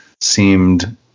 seemed